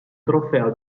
trofeo